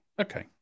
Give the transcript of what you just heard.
okay